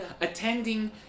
attending